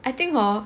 I think hor